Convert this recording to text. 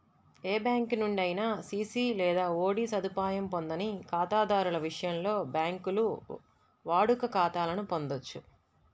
ఏ bank నుండి అయినా CC లేదా ఓడి సదుపాయం పొందని ఖాతాదారుల విషయంలో, బ్యాంకులు వాడుక ఖాతాలను పొందొచ్చు